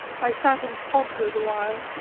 i sat and pondered awhile,